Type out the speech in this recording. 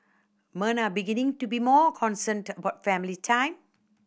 men are beginning to be more concerned about family time